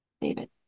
David